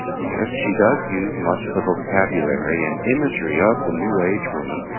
yes she does use much of the vocabulary and imagery of the new age woman,